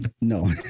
No